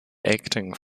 acting